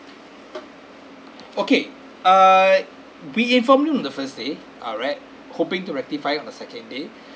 okay err we informed him on the first day alright hoping to rectify on the second day